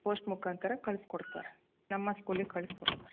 post ಮುಖಾಂತರ ಕಳ್ಸಿ ಕೊಡ್ತಾರೆ ನಮ್ಮ ಸ್ಕೂಲಿಗೆ ಕಳ್ಸಿ ಕೊಡ್ತಾರೆ